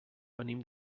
venim